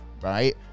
right